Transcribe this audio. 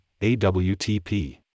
AWTP